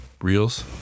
reels